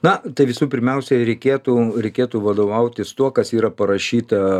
na tai visų pirmiausiai reikėtų reikėtų vadovautis tuo kas yra parašyta